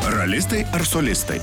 ralistai ar solistai